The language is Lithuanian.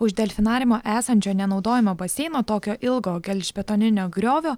už delfinariumo esančio nenaudojamo baseino tokio ilgo gelžbetoninio griovio